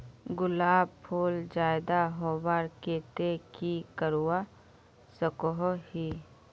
गुलाब फूल ज्यादा होबार केते की करवा सकोहो ही?